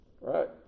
Right